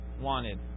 wanted